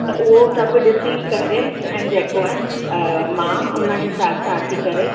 त उहो सभु ॾिसी करे ऐं जेको आहे मां हुन हिसाब सां अची करे